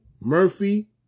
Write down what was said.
Murphy